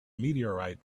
meteorite